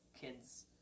kids